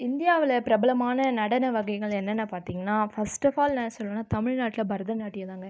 இந்தியாவில் பிரபலமான நடன வகைகள் என்னன்ன பார்த்தீங்கனா ஃபர்ஸ்ட் அஃப் ஆல் நான் சொல்லணும்னால் தமிழ்நாட்டில் பரதநாட்டியம் தாங்க